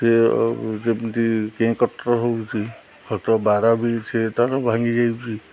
ସେ ଯେମିତି କେଁ କଟର ହେଉଛି ଖଟ ବାଡ଼ ବି ସେ ତା'ର ଭାଙ୍ଗି ଯାଉଛି